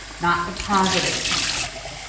not the positive symptoms.